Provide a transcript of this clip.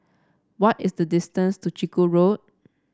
what is the distance to Chiku Road